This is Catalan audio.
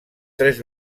tres